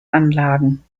anlagen